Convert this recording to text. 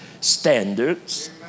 standards